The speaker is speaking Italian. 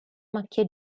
macchie